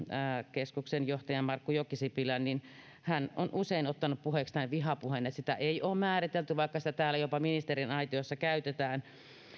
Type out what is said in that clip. keskuksen johtajan markku jokisipilän niin hän on usein ottanut puheeksi tämän vihapuheen että sitä ei ole määritelty vaikka sitä täällä jopa ministerin aitiossa käytetään